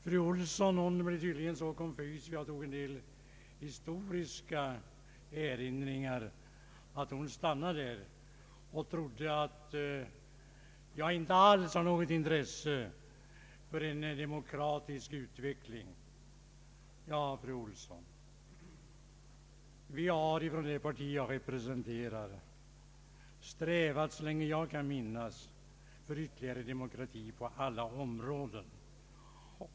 Fru Olsson blev tydligen så konfys över att jag gjorde en liten historisk återblick att hon stannade därvid och trodde att jag inte alls hade något intresse för en demokratisk utveckling. Ja, fru Olsson, det parti jag representerar har så länge jag kan minnas strävat till ytterligare demokrati på alla områden.